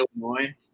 Illinois